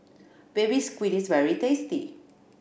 Baby Squid is very tasty